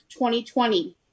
2020